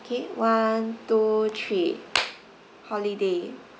okay one two three holiday